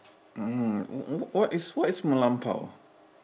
mm what what is what is melampau